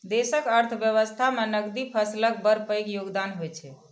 देशक अर्थव्यवस्था मे नकदी फसलक बड़ पैघ योगदान होइ छै